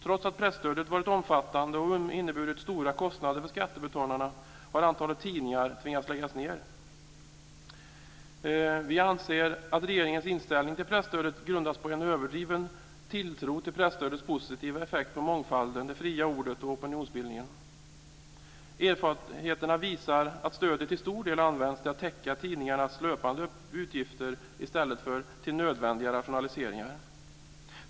Trots att presstödet varit omfattande och inneburit stora kostnader för skattebetalarna har ett antal tidningar tvingats läggas ned. Vi anser att regeringens inställning till presstödet grundas på en överdriven tilltro till presstödets positiva effekter på mångfalden, det fria ordet och opinionsbildningen. Erfarenheterna visar att stödet till stor del använts till att täcka tidningarnas löpande utgifter i stället för till nödvändiga rationaliseringar.